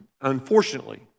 Unfortunately